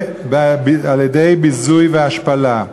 על-ידי ביזוי והשפלה.